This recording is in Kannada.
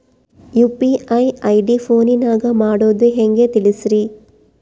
ಯು.ಪಿ.ಐ ಐ.ಡಿ ಫೋನಿನಾಗ ಮಾಡೋದು ಹೆಂಗ ತಿಳಿಸ್ರಿ?